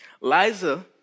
Liza